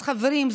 אז חברים,